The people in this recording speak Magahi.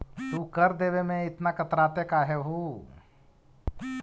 तू कर देवे में इतना कतराते काहे हु